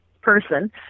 person